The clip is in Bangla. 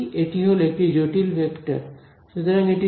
এটি একটি জটিল ভেক্টর সুতরাং এটি জটিল